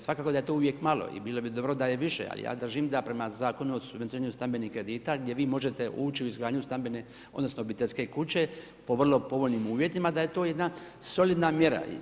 Svakako da je to uvijek malo i bilo bi dobro da je više, a ja držim da je prema Zakonu o subvencioniranju stambenih kredita, gdje vi možete ući u izgradnju stambene odnosno obiteljske kuće po vrlo povoljnim uvjetima, da je to jedna solidna mjere.